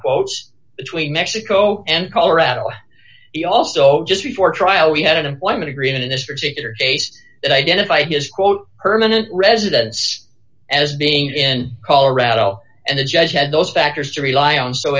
quotes between mexico and colorado he also just before trial he had an employment agreement in this particular case and identify his quote permanent residence as being in colorado and the judge had those factors to rely on so